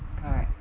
correct